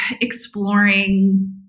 exploring